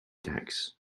tax